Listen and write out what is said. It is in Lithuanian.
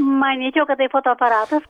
manyčiau kad tai fotoaparatas